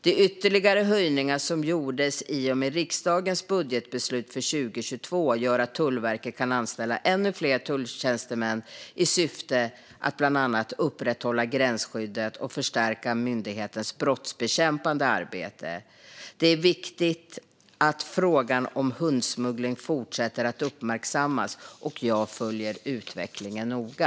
De ytterligare höjningar som gjordes i och med riksdagens budgetbeslut för 2022 gör att Tullverket kan anställa ännu fler tulltjänstemän i syfte att bland annat upprätthålla gränsskyddet och förstärka myndighetens brottsbekämpande arbete. Det är viktigt att frågan om hundsmuggling fortsätter att uppmärksammas, och jag följer utvecklingen noga.